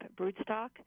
Broodstock